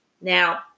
Now